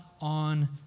on